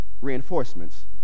reinforcements